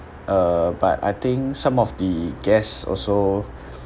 uh but I think some of the guest also